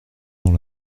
dans